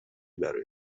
برای